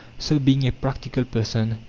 so, being a practical person,